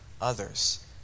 others